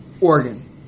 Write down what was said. Oregon